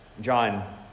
John